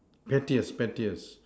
pettiest pettiest